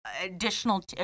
additional